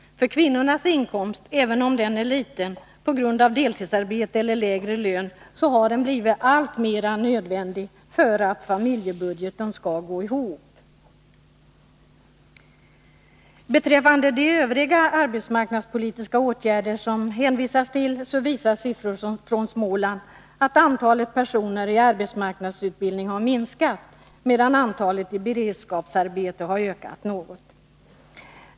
För även om kvinnornas inkomst är liten på grund av deltidsarbete eller lägre lön, så har den blivit alltmer nödvändig för att familjebudgeten skall gå ihop. Beträffande de övriga arbetsmarknadspolitiska åtgärder som det hänvisas till, visar siffror från Småland att antalet personer i arbetsmarknadsutbildning har minskat, medan antalet i beredskapsarbete har ökat något.